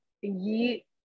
ye